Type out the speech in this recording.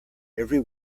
every